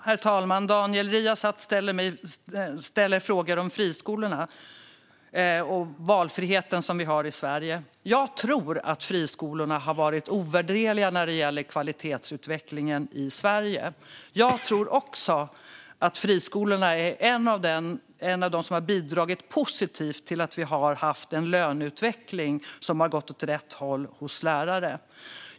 Herr talman! Daniel Riazat ställer frågor om friskolorna och valfriheten som vi har i Sverige. Jag tror att friskolorna har varit ovärderliga när det gäller kvalitetsutvecklingen i Sverige. Jag tror också att friskolorna är en av de saker som har bidragit positivt till att vi har haft en löneutveckling som har gått åt rätt håll hos lärare.